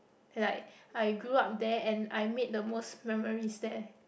like I grew up there and I made the most memories there